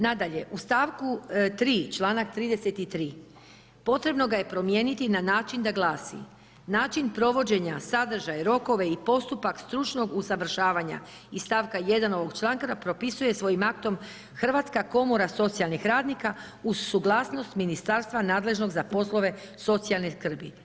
Nadalje, u stavku 3. članak 33., potrebno ga je promijeniti na način da glasi: Način provođenja sadržaja, rokove i postupak stručnog usavršavanja iz stavka 1. ovog članka, propisuje svojim aktom Hrvatska komora socijalnih radnika uz suglasnost ministarstva nadležnog za poslove socijalne skrbi.